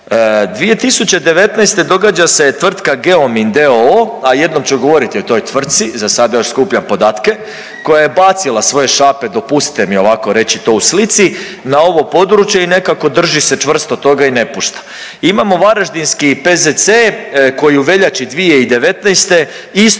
2019. događa se tvrtka Geomin d.o.o., a jednom ću govoriti o toj tvrtci, zasada još skupljam podatke, koja je bacila svoje šape, dopustite mi ovako reći to u slici, na ovo područje i nekako drži se čvrsto toga i ne pušta. Imamo Varaždinski PZC koji u veljači 2019. isto